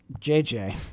JJ